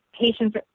patients